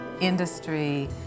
Industry